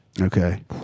Okay